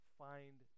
find